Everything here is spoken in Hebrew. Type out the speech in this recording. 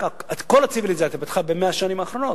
כל הציוויליזציה התפתחה ב-100 השנים האחרונות,